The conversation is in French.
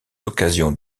occasions